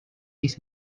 his